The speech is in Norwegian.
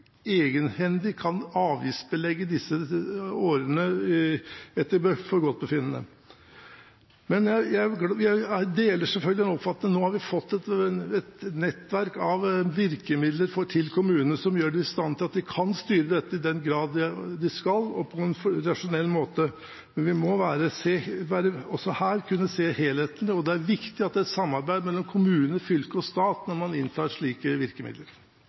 egenhendig kan avgiftsbelegge disse transportårene etter eget forgodtbefinnende. Jeg deler selvfølgelig den oppfatningen at vi nå har fått et nettverk av virkemidler til kommunene som gjør dem i stand til å kunne styre dette – i den grad de skal det – på en rasjonell måte, men vi må også her kunne se helheten. Det er viktig med et samarbeid mellom kommune, fylke og stat når man inntar slike virkemidler.